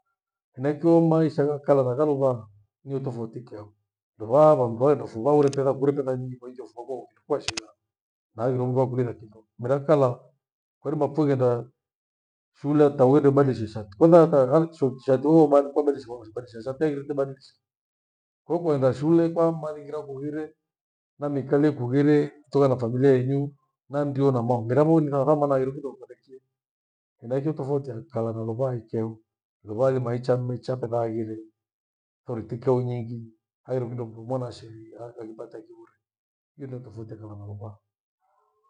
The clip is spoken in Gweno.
Henaicho maisha ha kale nagha luvaha niyo tofauti ikeho. Luvaha vandu vaghenda fungua vaure pesa kure pesa nyingi kwaikyo fughua kwau kwa shigha. Na hangire mndu wakulinga kingo mera kala kwairima pho ighenda shule ubadishe shati, kwanza hata- handu- shok- shati oh! maana shafei indebadilisha. Hukuenda shule kwamba nighira kughire namikalie kughire toka na familia yenyu na ndio namong. Mira muri thawathawa maana hareghiro nipate kie, henachio tofauti khala na luvaa haikeho. Luvaha haghire maisha mecha fedha haghire thoritikeo nyingi hairi mndumndu mwana wa sheria hata nipata kiburi nile tofauti thana na luvaha.